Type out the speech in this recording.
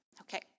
Okay